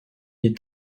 est